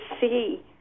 see